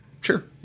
Sure